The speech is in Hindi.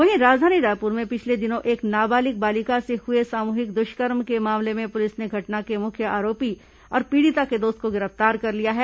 वहीं राजधानी रायपुर में पिछले दिनों एक नाबालिग बालिका से हुए सामूहिक दुष्कर्म के मामले में पुलिस ने घटना के मुख्य आरोपी और पीड़िता के दोस्त को गिरफ्तार कर लिया है